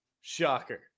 Shocker